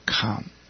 come